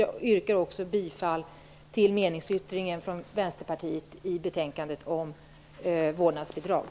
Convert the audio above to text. Jag yrkar också bifall till meningsyttringen från Vänsterpartiet i betänkandet om vårdnadsbidrag.